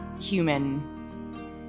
human